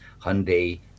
Hyundai